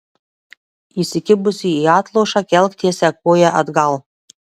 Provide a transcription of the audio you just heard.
įsikibusi į atlošą kelk tiesią koją atgal